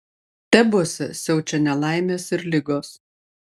tebuose siaučia nelaimės ir ligos